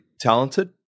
talented